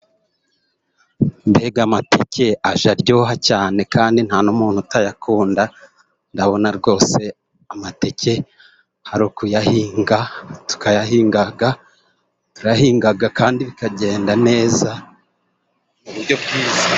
Mbega amateke ajya aryoha cyane kandi nta n'umuntu utayakunda, ndabona rwose amateke hari ukuyahinga tukayahinga, turayahinga kandi bikagenda neza.